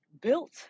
built